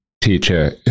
teacher